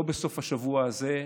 לא בסוף השבוע הזה,